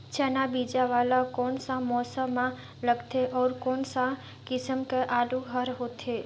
चाना बीजा वाला कोन सा मौसम म लगथे अउ कोन सा किसम के आलू हर होथे?